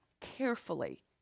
carefully